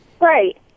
Right